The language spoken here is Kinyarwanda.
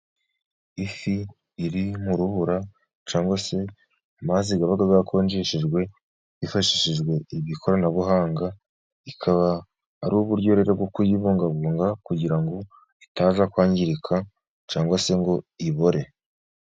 Ifi iri mu rubura, cyangwa se amazi aba yakonjeshejwe hifashishijwe ikoranabuhanga, ikaba ari uburyo rero bwo kuyibungabunga, kugira ngo itaza kwangirika, cyangwa se ngo ibore.